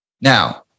Now